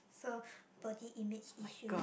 so body image issues